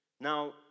Now